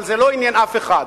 אבל זה לא עניין אף אחד.